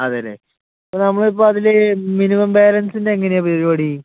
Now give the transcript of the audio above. അതേയല്ലേ ഇപ്പോൾ നമ്മൾ ഇപ്പം അതിൽ മിനിമം ബാലൻസിൻ്റ എങ്ങനെയാണ് പരിപാടി